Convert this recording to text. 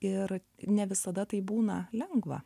ir ne visada tai būna lengva